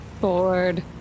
bored